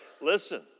Listen